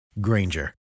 Granger